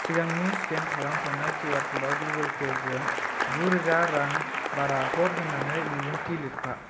सिगांनि स्केन खालामखानाय किउआर ख'डाव गुगोल पेजों गु रोजा रां बारा हर होन्नानै बिबुंथि लिरफा